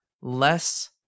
less